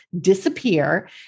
disappear